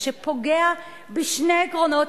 שפוגעת באופן